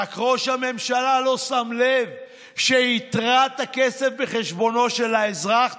רק ראש הממשלה לא שם לב שיתרת הכסף בחשבונו של האזרח,